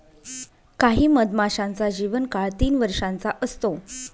काही मधमाशांचा जीवन काळ तीन वर्षाचा असतो